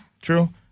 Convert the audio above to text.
true